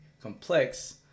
complex